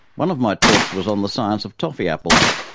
one of my talks was on the science of toffee apples,